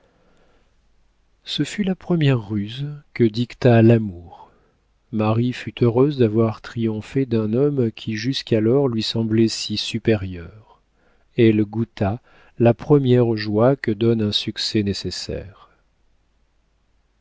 ce fut la première ruse que dicta l'amour marie fut heureuse d'avoir triomphé d'un homme qui jusqu'alors lui semblait si supérieur elle goûta la première joie que donne un succès nécessaire